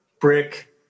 brick